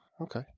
Okay